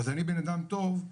אז אני בנאדם טוב,